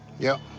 yep.